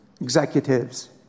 executives